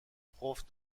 خوف